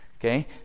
Okay